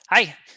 Hi